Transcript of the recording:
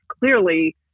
clearly